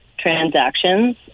transactions